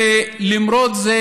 ולמרות זה